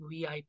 VIP